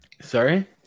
Sorry